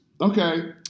Okay